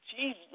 Jesus